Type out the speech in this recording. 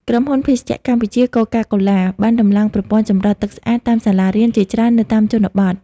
ក្រុមហ៊ុន ភេសជ្ជៈកម្ពុជា កូកាកូឡា (Coca-Cola) បានដំឡើងប្រព័ន្ធចម្រោះទឹកស្អាតតាមសាលារៀនជាច្រើននៅតាមជនបទ។